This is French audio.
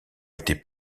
été